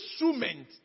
instrument